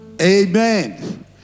Amen